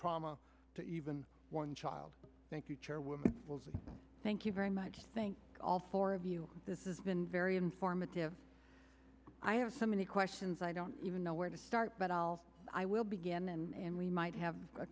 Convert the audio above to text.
trauma to even one child thank you chairwoman thank you very much thank all four of you this is been very informative i have so many questions i don't even know where to start but i'll i will begin and we might have a